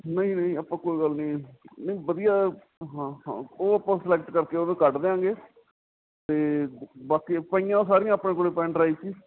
ਨਹੀਂ ਨਹੀਂ ਆਪਾਂ ਕੋਈ ਗੱਲ ਨਹੀਂ ਨਹੀਂ ਵਧੀਆ ਹਾਂ ਹਾਂ ਉਹ ਆਪਾਂ ਸਲੈਕਟ ਕਰਕੇ ਉਹਨੂੰ ਕੱਢ ਦਿਆਂਗੇ ਅਤੇ ਬਾਕੀ ਪਈਆਂ ਸਾਰੀਆਂ ਆਪਣੇ ਕੋਲ ਪੈਨ ਡਰਾਈਵ 'ਚ ਹੀ